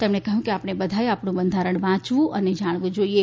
તેમણે કહ્યું કે આપણે બધાએ આપણું બંધારણ વાંચવું જોઈએ અને જાણવું જોઈએ